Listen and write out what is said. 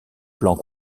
plants